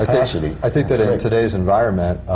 ah i think that in today's environment,